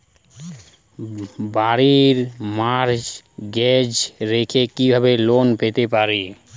বাড়ি মর্টগেজ রেখে কিভাবে লোন পেতে পারি?